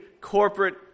corporate